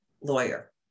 lawyer